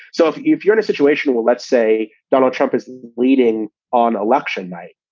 so if if you're in a situation where, let's say donald trump is leading on election night,